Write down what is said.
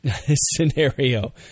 scenario